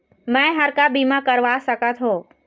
मैं हर का बीमा करवा सकत हो?